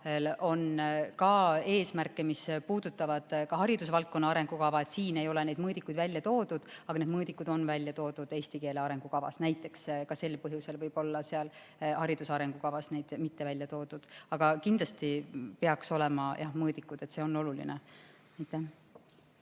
on eesmärke, mis puudutavad haridusvaldkonna arengukava. Siin ei ole neid mõõdikuid välja toodud, need mõõdikud on välja toodud eesti keele arengukavas. Näiteks võivad nad ka sel põhjusel olla hariduse arengukavas mitte välja toodud. Aga kindlasti peaks olema, jah, mõõdikud. See on oluline.